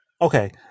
Okay